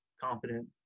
confident